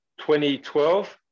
2012